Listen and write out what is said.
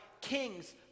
Kings